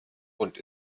und